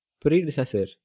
predecessor